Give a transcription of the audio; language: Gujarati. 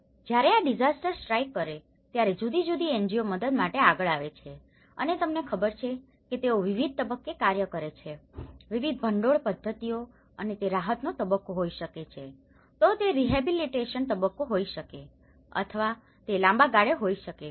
જ્યારે આ ડીઝાસ્ટર સ્ટ્રાઇક કરે ત્યારે જુદી જુદી NGO મદદ માટે આગળ આવે છે અને તમને ખબર છેકે તેઓ વિવિધ તબક્કે કાર્ય કરે છે વિવિધ ભંડોળ પદ્ધતિઓ અને તે રાહતનો તબક્કો હોઈ શકે છે તો તે રીહેબીલીટેશન તબક્કો હોઈ શકે છે અથવા તે લાંબા ગાળે હોઈ શકે છે